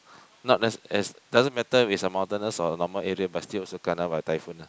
not that's is doesn't matter if it's a mountainous or normal area but still also kena by typhoon ah